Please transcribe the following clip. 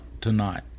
tonight